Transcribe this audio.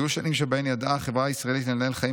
היו שנים שבהן ידעה החברה הישראלית לנהל חיים